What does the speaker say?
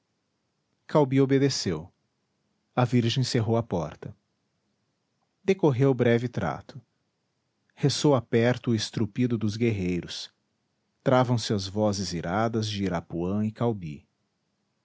caubi obedeceu a virgem cerrou a porta decorreu breve trato ressoa perto o estrupido dos guerreiros travam se as vozes iradas de irapuã e caubi